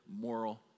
moral